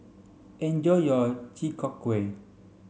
enjoy your Chi Kak Kuih